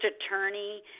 attorney